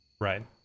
right